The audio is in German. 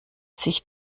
sich